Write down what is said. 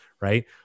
right